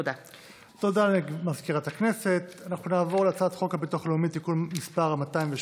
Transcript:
תקנות שעת חירום (הגבלות מספר העובדים במקום